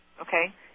Okay